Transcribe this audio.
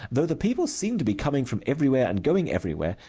though the people seem to be coming from everywhere and going everywhere,